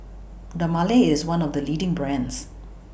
Dermale IS one of The leading brands